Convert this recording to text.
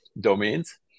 domains